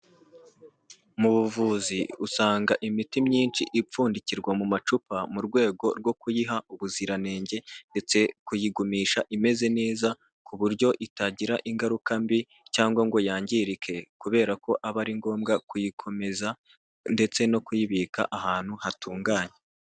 Mu buvuzi usanga imiti myinshi ipfundikirwa mu macupa, mu rwego rwo kuyiha ubuziranenge ndetse kuyigumisha imeze neza, ku buryo itagira ingaruka mbi cyangwa ngo yangirike kubera ko aba ari ngombwa kuyikomeza ndetse no kuyibika ahantu hatunganye.